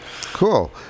Cool